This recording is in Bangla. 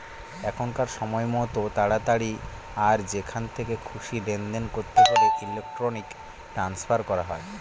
এখনকার সময়তো তাড়াতাড়ি আর যেখান থেকে খুশি লেনদেন করতে হলে ইলেক্ট্রনিক ট্রান্সফার করা হয়